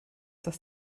das